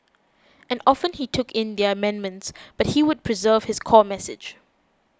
and often he took in their amendments but he would preserve his core message